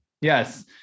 Yes